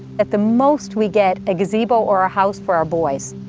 at the most we get a gazebo or a house for our boys,